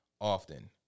often